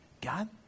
god